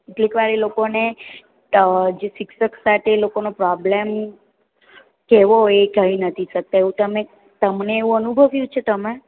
કેટલીક વાર એ લોકોને જે શિક્ષક સાથે એ લોકોનો પ્રોબ્લેમ કહેવો હોય એ કહી નથી શકતા એવું તમે તમને એવું અનુભવ્યું છે તમે